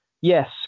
yes